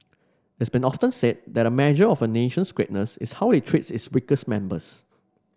it's been often said that a measure of a nation's greatness is how it treats its weakest members